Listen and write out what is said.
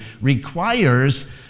requires